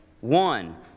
one